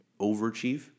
overachieve